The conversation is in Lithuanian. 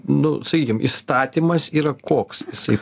nu sakykim įstatymas yra koks jisai